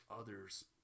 others